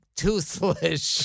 toothless